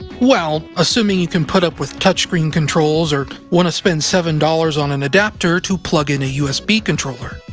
well, assuming you can put up with touch screen controls or want to spend seven dollars on an adapter to plug and a usb controller.